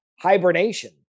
hibernation